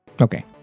Okay